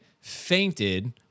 fainted